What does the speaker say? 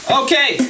okay